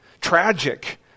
tragic